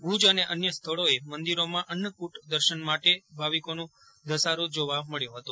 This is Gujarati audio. ભુજ અને અન્ય સ્થળોએ મંદિરોમાં અન્નકૂટ દર્શન માટે પજ્ઞ ભાવીકોનો ધસારો જોવા મળયો હતો